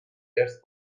ارث